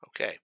Okay